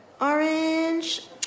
orange